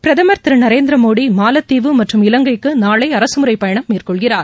பிரதமர் திருநரேந்திரமோடிமாலத்தீவு மற்றும் இலங்கைக்குநாளைஅரசுமுறைபயணம் மேற்கொள்கிறார்